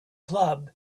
club